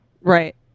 Right